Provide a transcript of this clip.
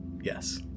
Yes